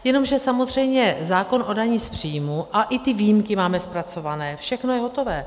Jenomže samozřejmě zákon o dani z příjmu a i ty výjimky máme zpracované, všechno je hotové.